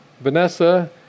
Vanessa